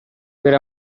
per